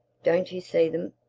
don't you see them?